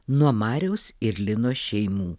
nuo mariaus ir linos šeimų